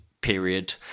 period